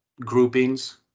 groupings